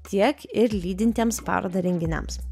tiek ir lydintiems parodą renginiams